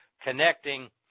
connecting